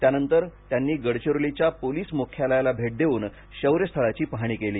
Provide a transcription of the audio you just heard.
त्यानंतर त्यांनी गडचिरोलीच्या पोलीस मुख्यालयाला भेट देऊन शौर्यस्थळाची पाहणी केली